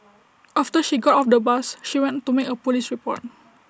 after she got off the bus she went to make A Police report